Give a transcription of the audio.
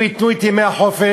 אם ייתנו את ימי החופש,